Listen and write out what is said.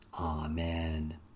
Amen